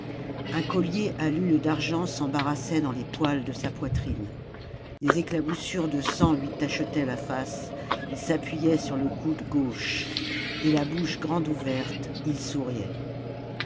un collier à lunes d'argent s'embarrassait dans les poils de sa poitrine des éclaboussures de sang lui tachetaient la face il s'appuyait sur le coude gauche et la bouche grande ouverte il souriait